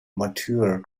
mature